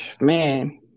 Man